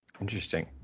Interesting